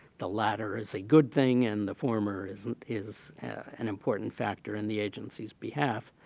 the latter is a good thing and the former isn't is an important factor in the agency's behalf.